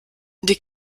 die